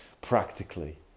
practically